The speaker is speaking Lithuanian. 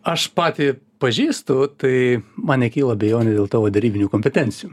aš patį pažįstu tai man nekyla abejonių dėl tavo derybinių kompetencijų